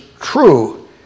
true